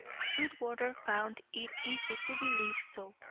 sweetwater found it easy to believe so.